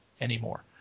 anymore